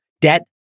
Debt